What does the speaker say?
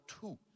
two